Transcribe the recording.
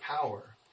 power